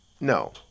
no